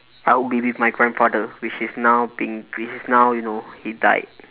I would be with my grandfather which is now being which is now you know he died